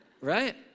Right